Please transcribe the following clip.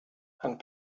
and